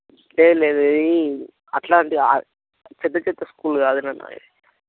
లేదు లేదు ఇది అలాంటిది కాదు పెద్ద పెద్ద స్కూల్ కాదు నాన్న ఇది